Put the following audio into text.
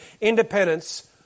independence